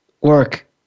work